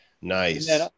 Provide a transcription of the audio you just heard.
Nice